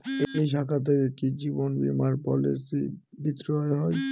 এই শাখা থেকে কি জীবন বীমার পলিসি বিক্রয় হয়?